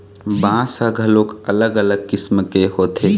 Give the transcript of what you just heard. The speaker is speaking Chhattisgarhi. बांस ह घलोक अलग अलग किसम के होथे